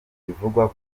bivugwa